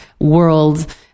world